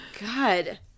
God